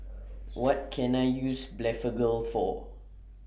What Can I use Blephagel For